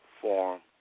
form